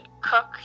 cook